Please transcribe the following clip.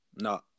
No